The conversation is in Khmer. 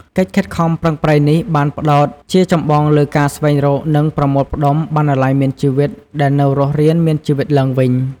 កិច្ចខិតខំប្រឹងប្រែងនេះ បានផ្តោតជាចម្បងលើការស្វែងរក និងប្រមូលផ្តុំ "បណ្ណាល័យមានជីវិត" ដែលនៅរស់រានមានជីវិតឡើងវិញ។